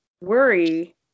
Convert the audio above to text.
worry